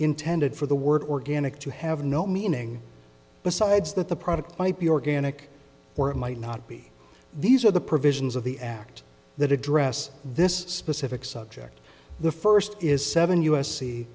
intended for the word organic to have no meaning besides that the product might be organic or it might not be these are the provisions of the act that address this specific subject the first is seven u s c